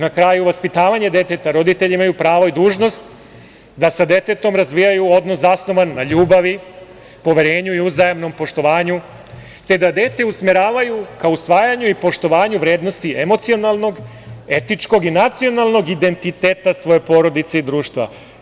Na kraju, vaspitavanje deteta – roditelji imaju pravo i dužnost da sa detetom razvijaju odnos zasnovan na ljubavi, poverenju i uzajamnom poštovanju, te da dete usmeravaju ka usvajanju i poštovanju vrednosti emocionalnog, etičkog i nacionalnog identiteta svoje porodice i društva.